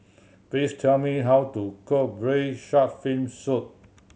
please tell me how to cook Braised Shark Fin Soup